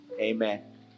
Amen